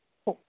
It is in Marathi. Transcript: हो